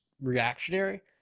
reactionary